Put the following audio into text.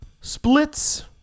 splits